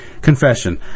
Confession